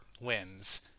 wins